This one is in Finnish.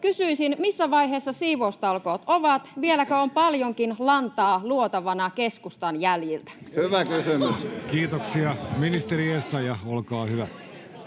kysyisin: missä vaiheessa siivoustalkoot ovat, vieläkö on paljonkin lantaa luotavana keskustan jäljiltä? [Naurua — Välihuutoja] Kiitoksia. — Ministeri Essayah, olkaa hyvä.